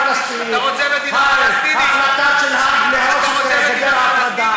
מוזיאון של רמיסת צדק.